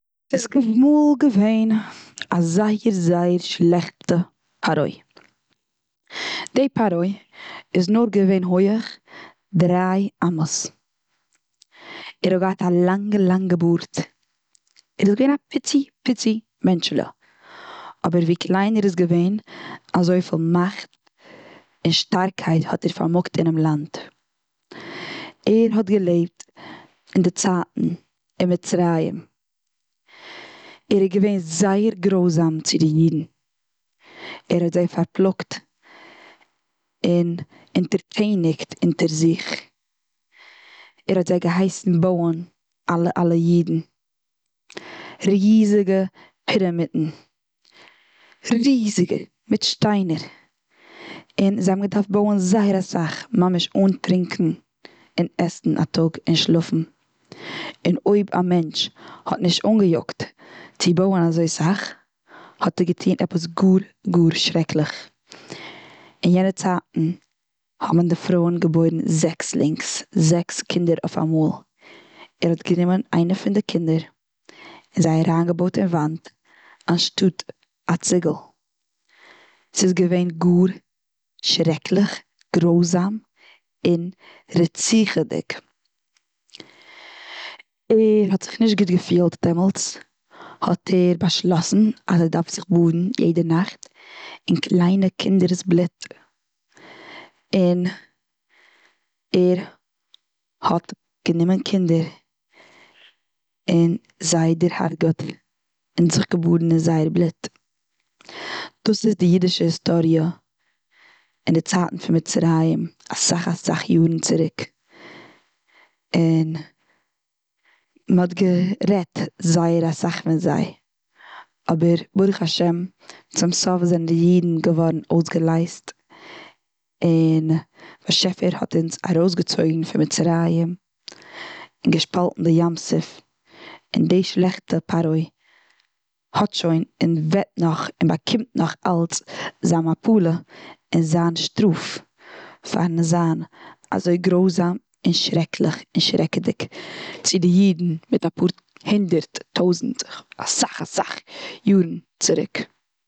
סאיז אמאל געווען א זייער, זייער, שלעכטע פרעה. די פרעה איז נאר געווען הויעך דריי עמות. ער האט געהאט א לאנגע, לאנגע, בארד. ער איז געווען א פיצי, פיצי, מענטשעלע. אבער ווי קליין ער איז געווען אזויפיל מאכט, און שטארקייט, האט ער פארמאגט אינעם לאנד. ער האט געלעבט און די צייטן, און מצרים. ער איז געווען זייער גרויזאם צו די אידן. ער האט זיי פארפלאגט, און אינטערטעניגט, אינטער זיך. ער האט זיי געהייסן בויען, אלע, אלע, אידן ריזיגע פיראמידן. ריזיג, מיט שטיינער. און זיי האבן געדארפט בויען זייער אסאך. ממש אן טרינקען, און עסן א טאג, און שלאפן. און אויב אמענטש האט נישט אנגעיאגט צו בויען אזוי סאך. האט ער געטון עפעס גאר, גאר שרעקליך. און יענע צייטן, האבן די פרויען געבוירן זעקסלינגס. זעקס קינדער אויף א מאל. ער האט גענומען איינע פון די קינדער, ער האט זיי אריין געבויט און וואנט. אנשטאט א ציגל. ס'איז געווען גאר שרעקליך, גרויזאם, און רציחה'דיג. ער האט זיך נישט געפילט דעמאלץ. האט ער באשלאסן ער דארף זיך באדן יעדע נאכט און קליינע קינדערס בלוט. און, ער האט גענימען קינדער און זיי דערהרג'עט און זיך געבאדן און זייער בלוט. דאס איז די אידישע היסטאריע, און די צייטן פון מצרים. אסאך אסאך, יארן צוריק. און, מ'האט גערעדט זייער אסאך פון זיי. אבער, ברוך השם צום סוף זענען די אידן געווארן אויסגעלייזט. און, די באשעפער האט אונז ארויס געצויגן פון מצרים. און געשפאלטן די ים סוף. און די שלעכטע פרעה, האט שוין, און וועט נאך, און באקומט נאך אלץ זיין מפלה, און זיין שטראף. פארן זיין אזוי גרויזאם און שרעקליך, און שרעקעדיג צו די אידן מיט אפאר הונדערט, טויזנט, אסאך, אסאך, יארן צוריק.